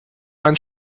mein